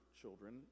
children